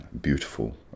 beautiful